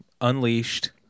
Unleashed